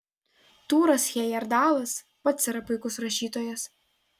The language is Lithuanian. tūras hejerdalas pats yra puikus rašytojas